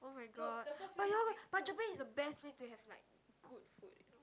oh-my-god but ya like but Japan is the best place to have like good food